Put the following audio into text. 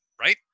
right